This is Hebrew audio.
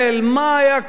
מה היה קורה,